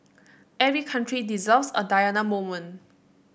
every country deserves a Diana moment